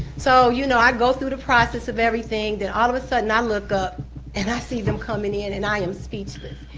so you know i go through the process of everything, then all of a sudden i look up and i see them coming in and i am speechless.